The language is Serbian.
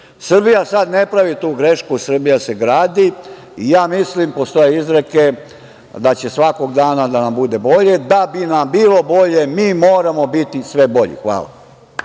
sada ne pravi tu grešku. Srbija se gradi. Ja mislim, postoje izreke, da će svakog dana da nam bude bolje. Da bi nam bilo bolje mi moramo biti sve bolji. Hvala.